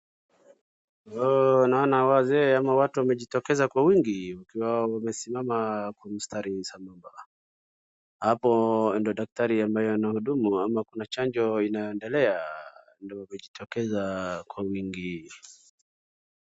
Huu naona wazee ama watu wamejitokeza kwa uwingi wakiwa wamesimama kwa mistari sambamba hapo ndio daktari ambaye anahudumu ama kuna chanjo inaendelea ndio wamejitokeza kwa uwingi.